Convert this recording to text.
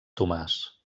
tomàs